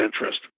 interest